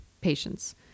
patients